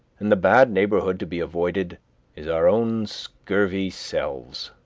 and the bad neighborhood to be avoided is our own scurvy selves.